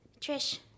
Trish